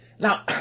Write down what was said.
Now